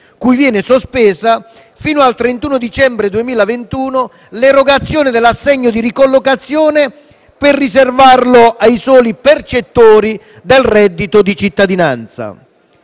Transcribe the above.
cui viene sospesa, fino al 31 dicembre 2021, l'erogazione dell'assegno di ricollocazione per riservarlo ai soli percettori del reddito di cittadinanza.